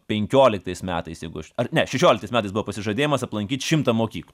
penkioliktais metais ar ne šešioliktais metais buvo pasižadėjimas aplankyt šimtą mokyklų